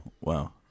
Wow